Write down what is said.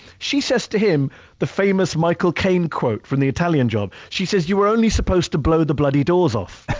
she says to him the famous michael caine job from the italian job. she says, you were only supposed to blow the bloody doors off.